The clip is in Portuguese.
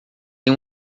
tem